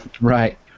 Right